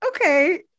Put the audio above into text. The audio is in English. Okay